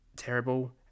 terrible